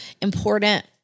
important